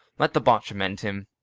let the botcher mend him.